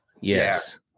Yes